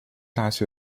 大学